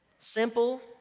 Simple